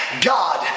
God